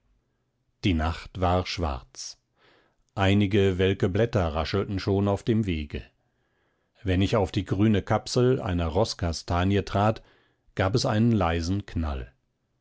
die nacht war schwarz einige welke blätter raschelten schon auf dem wege wenn ich auf die grüne kapsel einer roßkastanie trat gab es einen leisen knall